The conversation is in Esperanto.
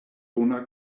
bona